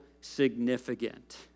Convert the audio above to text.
significant